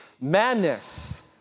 Madness